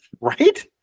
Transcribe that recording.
Right